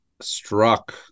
struck